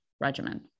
regimen